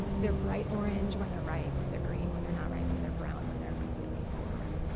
and they're bright orange when they're ripe, they're green when they're not ripe and they're brown when they're completely overripe.